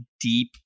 deep